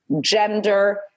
gender